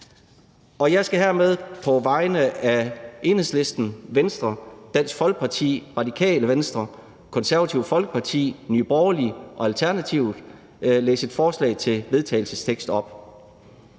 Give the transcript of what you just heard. Hermed skal jeg på vegne af Enhedslisten, Venstre, Dansk Folkeparti, Radikale Venstre, Det Konservative Folkeparti, Nye Borgerlige og Alternativet læse følgende forslag til vedtagelse op: